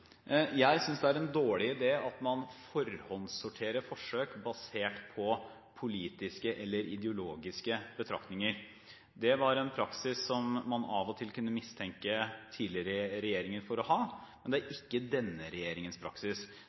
Jeg synes det er en dårlig idé at man forhåndssorterer forsøk basert på politiske eller ideologiske betraktninger. Det var en praksis som man av og til kunne mistenke tidligere regjeringer for å ha, men det er ikke denne regjeringens praksis.